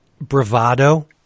bravado